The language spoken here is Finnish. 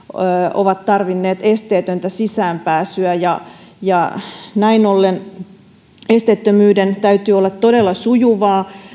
ovat tarvinneet esteetöntä sisäänpääsyä ja ja näin ollen esteettömyyden täytyy olla todella sujuvaa